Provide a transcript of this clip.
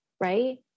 right